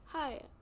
Hi